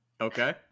Okay